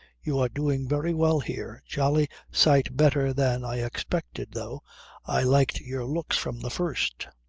you are doing very well here. jolly sight better than i expected, though i liked your looks from the first